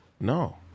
No